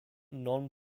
non